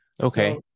Okay